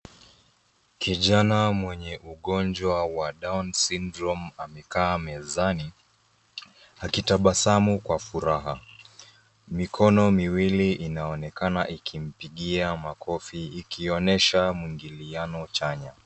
Kijana mwemye ugonjwa wa down syndrome amekaa mezani akitabasamu kwa furaha. Mikono miwili inaonekana ikimpigia makofi ikionyesha mwingiliano chanya.